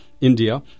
India